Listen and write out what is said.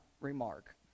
remark